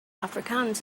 afrikaans